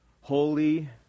holy